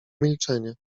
milczenie